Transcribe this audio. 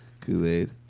Kool-Aid